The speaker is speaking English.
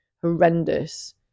horrendous